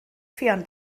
ffion